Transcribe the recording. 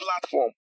platform